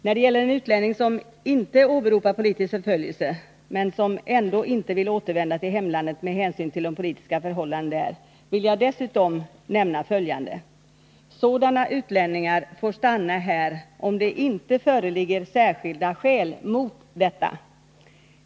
När det gäller en utlänning som inte åberopar politisk förföljelse men ändå inte vill återvända till hemlandet med hänsyn till de politiska förhållandena där vill jag dessutom nämna följande. Sådana utlänningar får stanna här om det inte föreligger särskilda skäl mot detta.